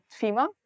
FEMA